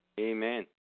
Amen